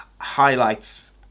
highlights